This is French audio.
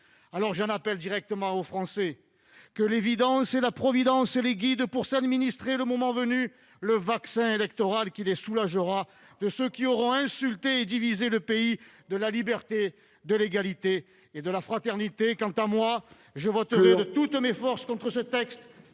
Alors j'en appelle directement aux Français. Que l'évidence et la providence les guident pour s'administrer, le moment venu, le vaccin électoral qui les soulagera de ceux qui auront insulté et divisé le pays de la liberté, de l'égalité et de la fraternité. Quant à moi, je voterai de toutes mes forces contre ce texte